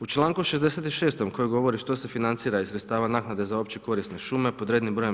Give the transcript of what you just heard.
U čl. 66. koji govori što se financira iz sredstava naknade za opće korisne šume, pod red.br.